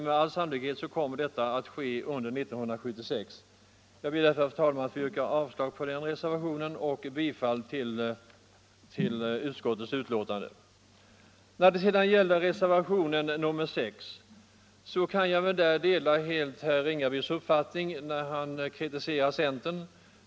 Med all sannolikhet kommer emellertid detta att ske under 1976. Jag ber därför, herr talman, att få yrka bifall till utskottets hemställan på denna punkt, innebärande avslag på reservationen. När det gäller reservationen 6 kan jag helt dela herr Ringabys uppfattning när han kritiserar centern.